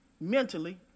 mentally